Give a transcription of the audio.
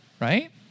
right